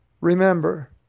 Remember